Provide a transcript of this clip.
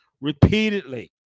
repeatedly